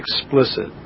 explicit